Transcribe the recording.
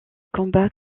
combat